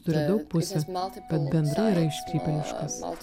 turi daug pusių bet bendra yra iškrypėliška